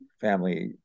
family